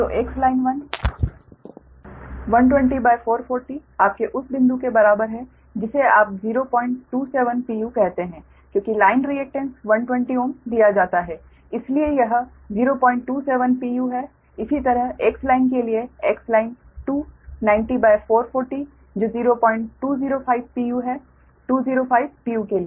तो XLine 1 120 440 आपके उस बिंदु के बराबर है जिसे आप 027 pu कहते है क्योंकि लाइन रिएकटेन्स 120 Ω दिया जाता है इसलिए यह 027 pu है इसी तरह XLine के लिए XLine 290 440 जो 0205 pu है 205 pu के लिए